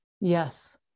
yes